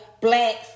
blacks